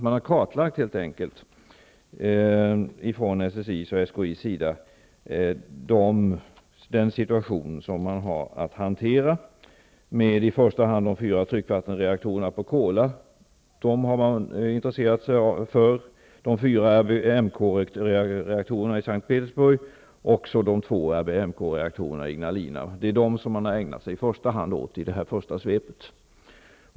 Man har från SSI:s och SKI:s sida helt enkelt kartlagt den situation som man har att hantera med i första hand de fyra tryckvattenreaktorerna på Kolahalvön -- dessa har man intresserat sig för -- de fyra RBMK reaktorerna i Ignalina. Det är dessa som man i första hand har ägnat sig åt i detta första svep.